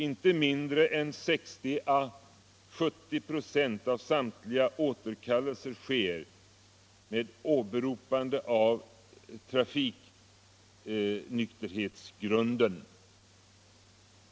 Inte mindre än 60-70 96 av samtliga återkallelser sker med åberopande av trafiknykterhetsgrunden.